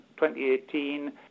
2018